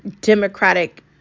Democratic